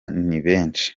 nibenshi